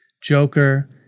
Joker